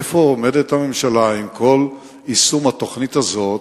איפה עומדת הממשלה עם כל יישום התוכנית הזאת